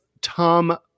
tom